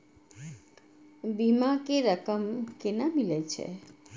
बीमा के रकम केना मिले छै?